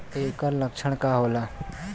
ऐकर लक्षण का होला?